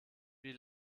wie